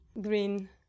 green